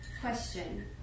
Question